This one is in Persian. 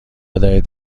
دهید